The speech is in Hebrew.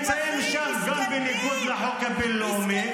הם נמצאים שם גם בניגוד לחוק הבין-לאומי,